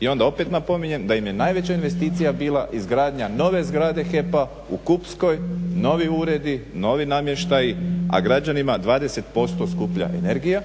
i onda opet napominjem da im je najveća investicija bila izgradnja nove zgrade HEP-a u Kupskoj, novi uredi, novi namještaj, a građanima 20% skuplja energija,